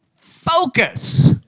focus